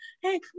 hey